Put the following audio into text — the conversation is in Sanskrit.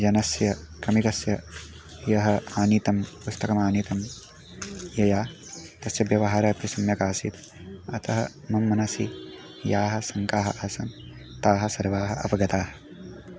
जनस्य क्रमिकस्य यः आनीतं पुस्तकमानीतं यया तस्य व्यवहारः अपि सम्यक् आसीत् अतः मम मनसि याः शङ्काः आसन् ताः सर्वाः अपगताः